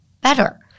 better